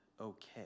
okay